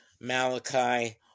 Malachi